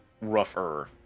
rougher